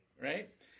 right